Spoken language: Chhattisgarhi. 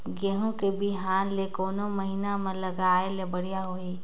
गहूं के बिहान ल कोने महीना म लगाय ले बढ़िया होही?